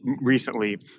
recently